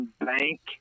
bank